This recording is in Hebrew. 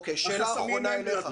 אוקיי, שאלה אחרונה אליך.